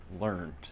learned